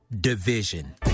division